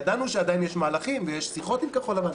ידענו שעדיין יש מהלכים ויש שיחות עם כחול לבן,